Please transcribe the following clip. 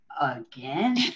again